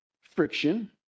friction